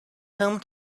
home